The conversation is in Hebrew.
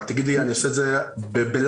אני עושה את זה ב-לייב.